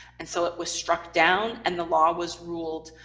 and so it was struck down, and the law was ruled